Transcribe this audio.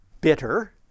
bitter